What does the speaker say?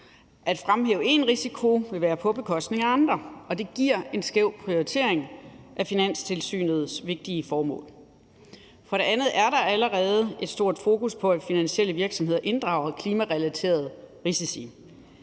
At fremhæve én risiko vil være på bekostning af andre, og det giver en skæv prioritering af Finanstilsynets vigtige formål. For det andet er der allerede et stort fokus på, at finansielle virksomheder inddrager klimarelaterede risici.